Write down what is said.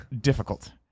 difficult